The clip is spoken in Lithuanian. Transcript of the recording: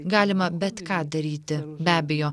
galima bet ką daryti be abejo